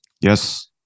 Yes